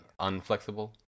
unflexible